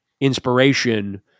inspiration